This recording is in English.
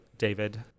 David